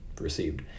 received